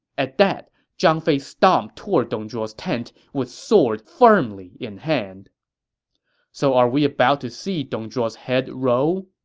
at that, zhang fei stomped toward dong zhuo's tent with sword firmly in hand so are we about to see dong zhuo's head roll?